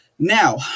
Now